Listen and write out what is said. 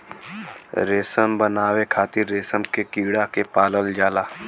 रेशम बनावे खातिर रेशम के कीड़ा के पालल जाला